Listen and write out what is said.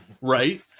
right